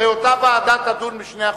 הרי אותה ועדה תדון בשני החוקים,